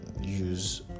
use